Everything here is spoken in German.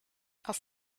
auf